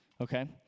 okay